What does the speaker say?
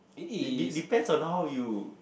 de~ de~ depends on how you